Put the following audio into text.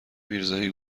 میرزایی